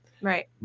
Right